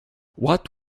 what